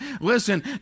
Listen